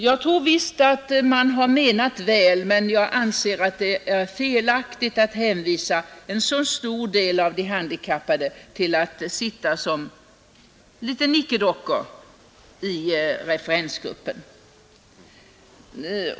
Jag tror visst att man menat väl, men jag anser, att det är felaktigt att hänvisa en så stor del av de handikappade till att sitta som ett slags nickedockor i referensgruppen.